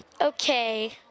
Okay